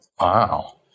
Wow